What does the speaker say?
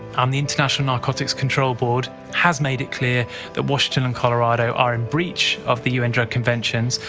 um the international narcotics control board has made it clear that washington and colorado are in breach of the un drug conventions,